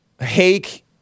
Hake